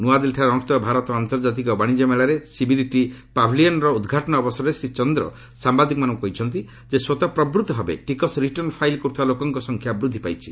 ନୂଆଦିଲ୍ଲୀଠାରେ ଅନୁଷ୍ଠିତ ଭାରତ ଆନ୍ତର୍ଜାତିକ ବାଣିଜ୍ୟ ମେଳାରେ ସିବିଡିଟି ପ୍ୟାଭିଲିୟନ୍ର ଉଦ୍ଘାଟନ ଅବସରରେ ଶ୍ରୀ ଚନ୍ଦ୍ର ସାମ୍ବାଦିକମାନଙ୍କୁ କହିଛନ୍ତି ଯେ ସ୍ୱତଃପ୍ରବୃତ୍ତଭାବେ ଟିକସ ରିଟର୍ଣ୍ଣ ଫାଇଲ୍ କରୁଥିବା ଲୋକଙ୍କ ସଂଖ୍ୟା ବୃଦ୍ଧି ପାଇଛି